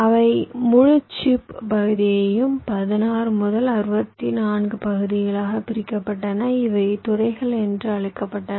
அவை முழு சிப் பகுதியையும் 16 முதல் 64 பகுதிகளாகப் பிரிக்கப்பட்டன இவை துறைகள் என்று அழைக்கப்பட்டன